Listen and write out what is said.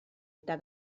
eta